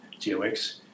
GOX